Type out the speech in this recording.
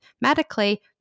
medically